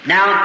Now